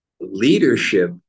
leadership